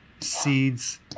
seeds